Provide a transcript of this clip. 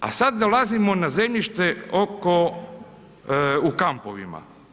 A sad dolazimo na zemljište oko, u kampovima.